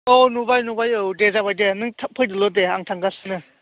औ नुबाय नुबाय औ दे जाबाय दे नों थाब फैदोल'दे आं थांगासिनो